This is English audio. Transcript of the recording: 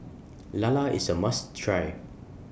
Lala IS A must Try